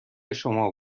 شما